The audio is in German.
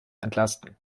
entlasten